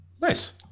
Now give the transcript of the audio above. Nice